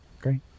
Great